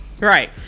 right